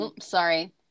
sorry